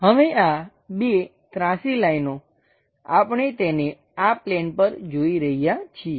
હવે આ બે ત્રાસી લાઈનો આપણે તેને આ પ્લેન પર જોઈ રહ્યા છીએ